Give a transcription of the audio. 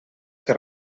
que